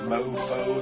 Mofo